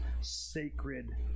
sacred